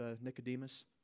Nicodemus